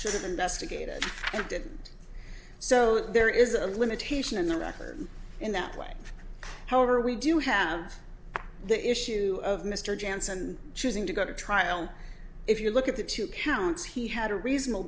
should investigated and didn't so there is a limitation in the record in that way however we do have the issue of mr janssen choosing to go to trial and if you look at the two counts he had a reasonable